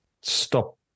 stop